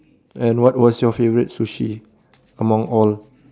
and what was your favourite sushi among all